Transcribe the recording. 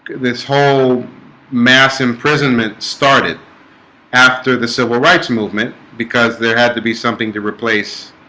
this whole mass imprisonment started after the civil rights movement because there had to be something to replace